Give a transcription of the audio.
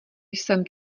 jsem